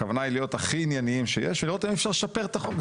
הכוונה היא להיות הכי ענייניים שיש ולראות האם אפשר לשפר את החוק.